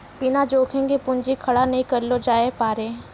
बिना जोखिम के पूंजी खड़ा नहि करलो जावै पारै